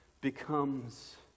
becomes